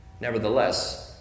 Nevertheless